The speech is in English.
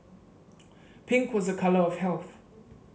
pink was a colour of health